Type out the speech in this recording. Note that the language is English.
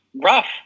rough